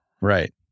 Right